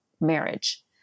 marriage